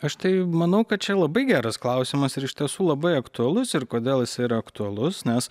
aš tai manau kad čia labai geras klausimas ir iš tiesų labai aktualus ir kodėl jis yra aktualus nes